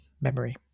memory